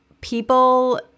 people